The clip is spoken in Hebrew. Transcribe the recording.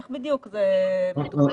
איך בדיוק זה יבוצע?